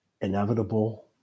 Inevitable